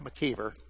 McKeever